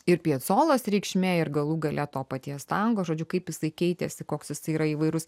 ir piecolos reikšmė ir galų gale to paties tango žodžiu kaip jisai keitėsi koks jisai yra įvairus